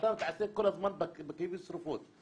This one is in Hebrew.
אתם כל הזמן בכיבוי שריפות.